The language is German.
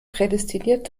prädestiniert